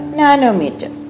nanometer